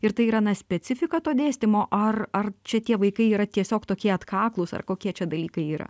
ir tai yra ne specifika to dėstymo ar ar čia tie vaikai yra tiesiog tokie atkaklūs ar kokie čia dalykai yra